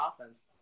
offense